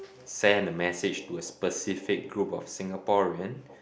send a message to a specific group of Singaporean